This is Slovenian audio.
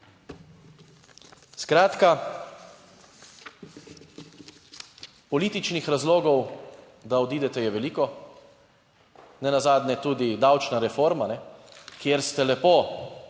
Skratka, političnih razlogov, da odidete, je veliko, nenazadnje tudi davčna reforma, kjer ste lepo